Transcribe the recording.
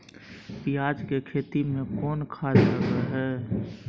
पियाज के खेती में कोन खाद लगे हैं?